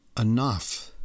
enough